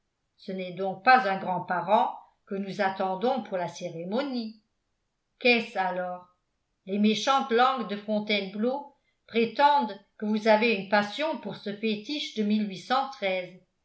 ce n'est donc pas un grandparent que nous attendons pour la cérémonie qu'est-ce alors les méchantes langues de fontainebleau prétendent que vous avez une passion pour ce fétiche de